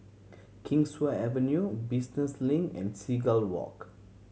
Kingswear Avenue Business Link and Seagull Walk